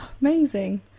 Amazing